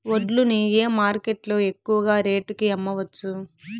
వడ్లు ని ఏ మార్కెట్ లో ఎక్కువగా రేటు కి అమ్మవచ్చు?